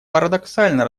парадоксально